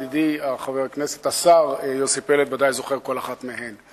ידידי השר יוסי פלד ודאי זוכר כל אחת מהן.